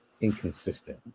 inconsistent